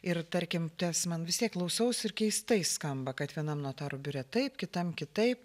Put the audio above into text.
ir tarkim tas man vis tiek klausaus ir keistai skamba kad vienam notarų biure taip kitam kitaip